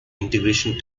integration